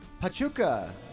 Pachuca